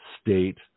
state